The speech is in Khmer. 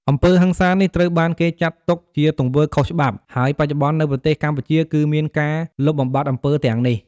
អំពើហិង្សានេះត្រូវបានគេចាត់ទុកជាទង្វើខុសច្បាប់ ហើយបច្ចុប្បន្ននៅប្រទេសកម្ពុជាគឺមានការលុបបំបាត់អំពើទាំងនេះ។